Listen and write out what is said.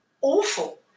awful